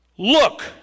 Look